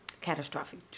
catastrophic